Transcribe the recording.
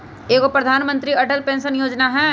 एगो प्रधानमंत्री अटल पेंसन योजना है?